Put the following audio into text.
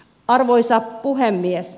arvoisa puhemies